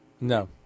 No